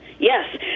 Yes